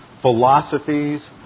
philosophies